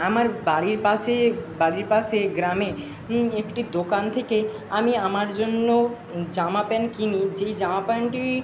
আমার বাড়ির পাশে বাড়ির পাশে গ্রামে একটি দোকান থেকে আমি আমার জন্য জামা প্যান্ট কিনি যেই জামা প্যান্টটি